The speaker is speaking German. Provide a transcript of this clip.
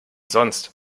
sonst